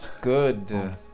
Good